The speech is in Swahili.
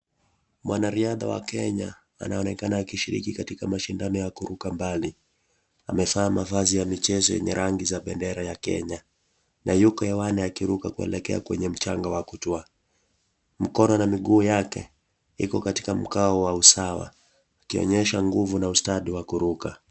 Mwanariadha wa Kenya anaonekana akishiliki katika mashindano ya kuruka mbali. Amevaa mavazi ya michezo yenye rangi za bendera ya Kenya. Na yuko hewani akiruka kuelekea kwenye mchanga wa kuchwaa. Mkono na miguu yake iko katika mkawa wa usawa akionyesha nguvu na ustadi wa kuruka.